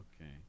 Okay